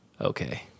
okay